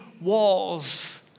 walls